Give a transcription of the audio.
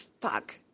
fuck